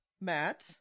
Matt